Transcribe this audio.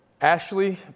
Ashley